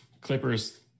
Clippers